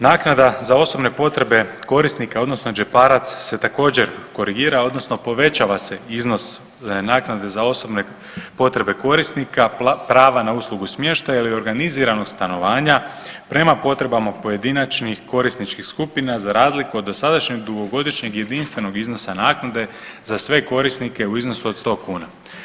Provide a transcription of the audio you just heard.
Naknada za osobne potrebe korisnika odnosno džeparac se također korigira odnosno povećava se iznos naknade za osobne potrebe korisnika, prava na uslugu smještaja ili organiziranog stanovanja prema potrebama pojedinačnih korisničkih skupina za razliku od dosadašnjeg dugogodišnjeg jedinstvenog iznosa naknade za sve korisnike u iznosu od 100 kuna.